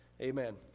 Amen